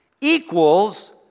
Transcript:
equals